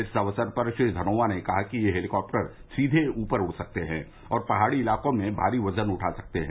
इस अवसर श्री धनोआ ने कहा कि ये हैलीकॉप्टर सीधे ऊपर उठ सकते हैं और पहाड़ी इलाकों में भारी वजन उठा सकते हैं